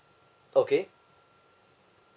okay